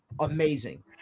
amazing